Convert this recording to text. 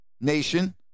nation